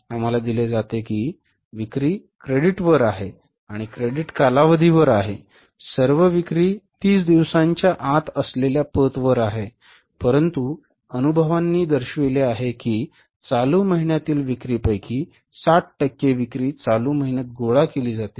आम्हाला दिले जाते की विक्री क्रेडिट वर आहे आणि क्रेडिट कालावधीवर आहे सर्व विक्री 30 दिवसांच्या आत देय असलेल्या पतवर आहे परंतु अनुभवांनी दर्शविले आहे की चालू महिन्यातील विक्रीपैकी 60 टक्के विक्री चालू महिन्यात गोळा केली जाते